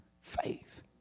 faith